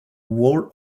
whole